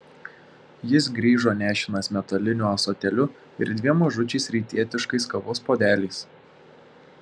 jis grįžo nešinas metaliniu ąsotėliu ir dviem mažučiais rytietiškais kavos puodeliais